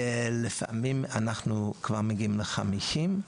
לפעמים אנחנו כבר מגיעים ל-50.